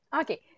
Okay